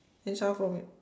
since I